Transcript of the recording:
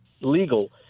legal